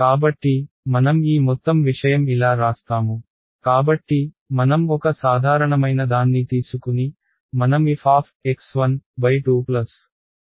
కాబట్టి మనం ఈ మొత్తం విషయం ఇలా రాస్తాము కాబట్టి మనం ఒక సాధారణమైన దాన్ని తీసుకుని మనం f2f2